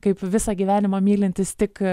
kaip visą gyvenimą mylintys tik